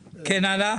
כן, הלאה.